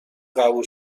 قبول